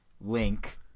Link